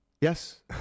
Yes